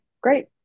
great